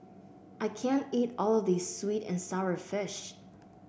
I can't eat all of this sweet and sour fish